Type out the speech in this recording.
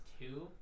two